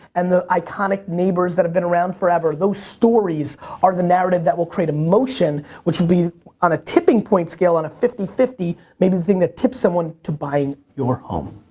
and the iconic neighbors that have been around forever, those stories are the narrative that will create emotion which will be on a tipping point scale, on a fifty fifty, may be the thing that tips someone to buying your home.